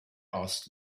asked